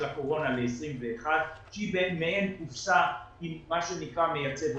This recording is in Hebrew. הקורונה ל-2021 כי ביניהם יש מה שנקרא מייצב אוטומטי.